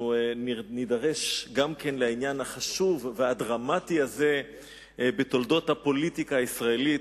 אנחנו נידרש לעניין החשוב והדרמטי הזה בתולדות הפוליטיקה הישראלית,